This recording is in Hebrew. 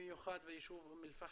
במיוחד ביישוב אום אל פחם,